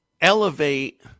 elevate